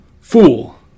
Fool